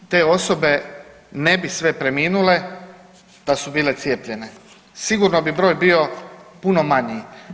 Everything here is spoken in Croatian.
Te osobe ne bi sve preminule da su bile cijepljene, sigurno bi broj bio puno manji.